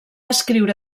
escriure